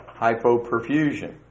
Hypoperfusion